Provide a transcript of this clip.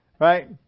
Right